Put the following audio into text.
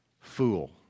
fool